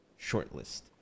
Shortlist